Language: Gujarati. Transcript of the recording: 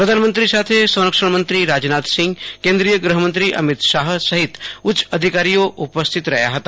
પ્રધાનમંત્રો સાથે સંરક્ષણમંત્રી રાજનાથસિંહ કેન્દીય ગુહમંત્રો અમિત શાહ સહિત ઉચ્ચ અધિકારી ઓ ઉપસ્થિત રહયા હતા